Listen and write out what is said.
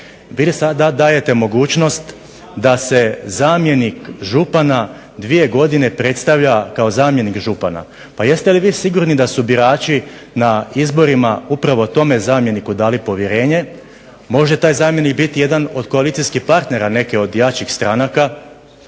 dajete mogućnost da se zamjenik župana dvije godine predstavlja kao zamjenik župana. Pa jeste li vi sigurni da su birači na izborima upravo tome zamjeniku dali povjerenje. Može taj zamjenik biti jedan od koalicijskih partnera neke od jačih stranaka